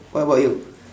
what about you